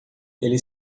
ele